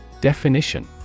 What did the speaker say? Definition